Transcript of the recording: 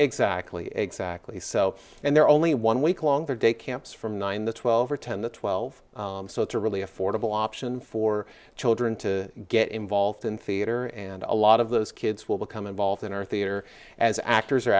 exactly exactly so and they're only one week longer day camps from nine the twelve or ten to twelve so it's a really affordable option for children to get involved in theater and a lot of those kids will become involved in our theater as actors or